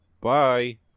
Bye